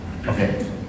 Okay